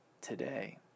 today